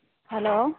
hello